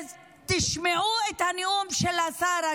תשמעו את הנאום של השר,